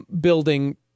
building